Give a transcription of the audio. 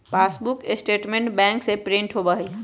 passbook statement bank से print होबा हई